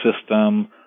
system